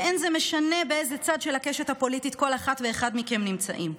ולא משנה באיזה צד של הקשת הפוליטית כל אחת ואחד מכם נמצאים.